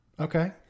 Okay